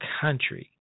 country